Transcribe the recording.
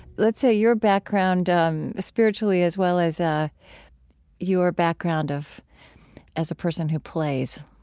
let's say, your background um spiritually as well as ah your background of as a person who plays